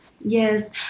Yes